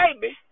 baby